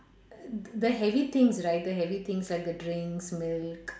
uh th~ the heavy things right the heavy things like the drinks milk